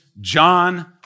John